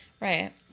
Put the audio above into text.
Right